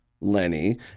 Lenny